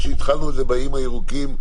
כשהתחלנו את זה באיים הירוקים,